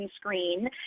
screen